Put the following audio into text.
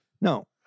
No